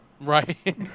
right